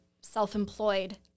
self-employed